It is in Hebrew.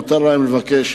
מותר להם לבקש,